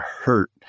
hurt